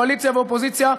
קואליציה ואופוזיציה.